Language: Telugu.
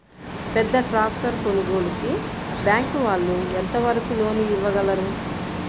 పెద్ద ట్రాక్టర్ కొనుగోలుకి బ్యాంకు వాళ్ళు ఎంత వరకు లోన్ ఇవ్వగలరు?